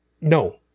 no